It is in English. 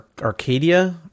Arcadia